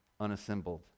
unassembled